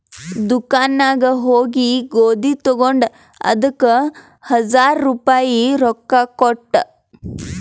ದುಕಾನ್ ನಾಗ್ ಹೋಗಿ ಗೋದಿ ತಗೊಂಡ ಅದಕ್ ಹಜಾರ್ ರುಪಾಯಿ ರೊಕ್ಕಾ ಕೊಟ್ಟ